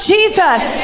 Jesus